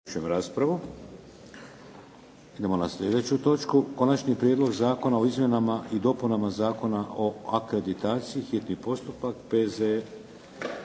Idemo na sljedeću točku - Konačni prijedlog zakona o izmjenama i dopunama Zakona o akreditaciji, hitni postupak, prvo